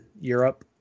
Europe